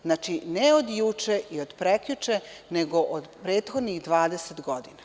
Znači, ne od juče, ni od prekjuče nego od prethodnih 20 godina.